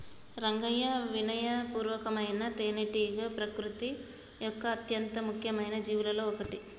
రంగయ్యా వినయ పూర్వకమైన తేనెటీగ ప్రకృతి యొక్క అత్యంత ముఖ్యమైన జీవులలో ఒకటి